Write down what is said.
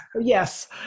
Yes